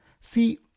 See